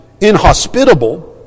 inhospitable